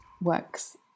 works